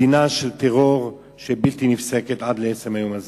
זה מדינה של טרור שלא נפסק עד עצם היום הזה.